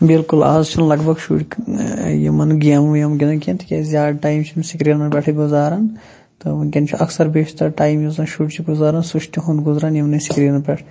بِلکُل آز چھُنہٕ لگ بگ شُرۍ یِمن گیمہٕ ویمہٕ گِنٛدان کینٛہہ تِکیازِ زیادٕ ٹایم چھُ یِم سکریٖنن پٮ۪ٹھٕے گُزاران تہٕ وٕنکیٚن چھُ اکثر بیشتر ٹایم یُس زَن شُرۍ چھِ گُزاران سُہ چھُ تِہُنٛد گُزران یِمنٕے سِکریٖنَن پٮ۪ٹھ